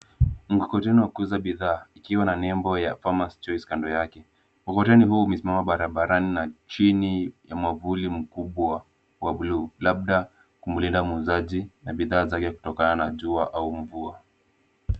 Mkokoteni wa kuuza bidhaa ikiwa na nembo ya farmers choice kando yake. Mkokoteni huo umesimama barabarani na chini ya mwavuli mkubwa wa bluu labda kumlinda muuzaji na bidhaa zake kutokana na jua au mvua.